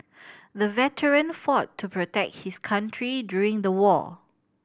the veteran fought to protect his country during the war